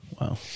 Wow